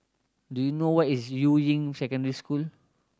do you know where is Yuying Secondary School